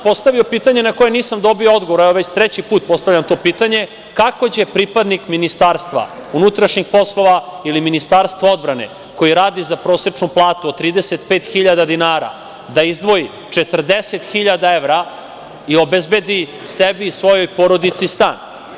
Postavio sam pitanje na koje nisam dobio odgovor, a već treći put postavljam to pitanje, kako će pripadnik MUP ili Ministarstva odbrane koji rade za prosečnu platu od 35.000 dinara da izdvoji 40.000 evra i obezbedi sebi i svojoj porodici stan?